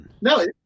no